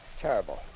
Terrible